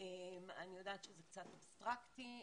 יודעת שזה קצת אבסטרקטי,